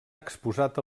exposat